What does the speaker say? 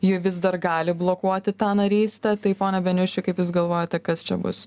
ji vis dar gali blokuoti tą narystę tai pone beniuši kaip jūs galvojate kas čia bus